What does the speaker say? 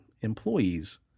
employees